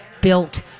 built